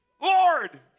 Lord